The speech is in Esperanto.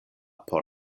por